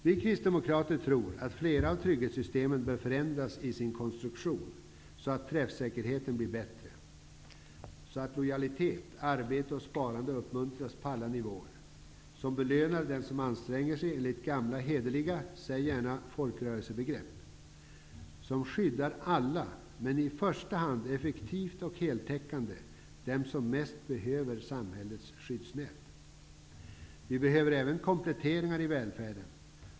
Vi kristdemokrater tror att flera av trygghets systemen bör förändras i sin konstruktion, så att träffsäkerheten blir bättre, så att lojalitet, arbete och sparande uppmuntras på alla nivåer, så att den som anstränger sig enligt gamla hederliga, säg gärna, folkrörelsebegrepp belönas. De skall skydda alla, men i första hand skall de effektivt och heltäckande skydda dem som mest behöver samhällets skyddsnät. Vi behöver även komplet teringar i välfärden.